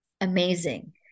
Amazing